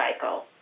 cycle